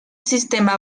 sistema